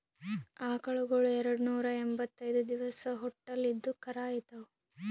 ಆಕಳಗೊಳ್ ಎರಡನೂರಾ ಎಂಭತ್ತೈದ್ ದಿವಸ್ ಹೊಟ್ಟಲ್ ಇದ್ದು ಕರಾ ಈತಾವ್